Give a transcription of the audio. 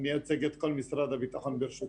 אני אייצג את משרד הביטחון, ברשותך.